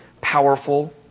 powerful